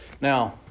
Now